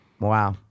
Wow